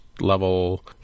level